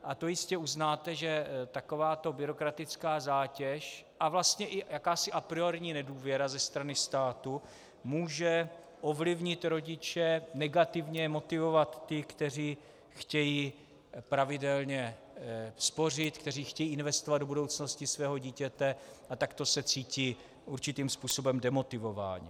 A to jistě uznáte, že takováto byrokratická zátěž a vlastně i jakási apriorní nedůvěra ze strany státu může ovlivnit rodiče, negativně motivovat ty, kteří chtějí pravidelně spořit, kteří chtějí investovat do budoucnosti svého dítěte a takto se cítí určitým způsobem demotivováni.